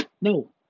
No